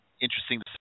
interesting